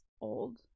old